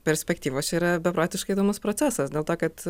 perspektyvos čia yra beprotiškai įdomus procesas dėl to kad